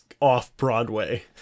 off-Broadway